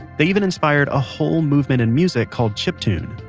they even inspired a whole movement in music called chiptune.